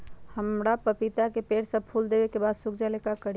हमरा पतिता के पेड़ सब फुल देबे के बाद सुख जाले का करी?